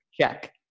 check